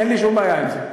אין לי שום בעיה עם זה.